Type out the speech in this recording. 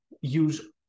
use